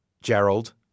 Gerald